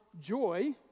joy